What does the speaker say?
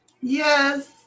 Yes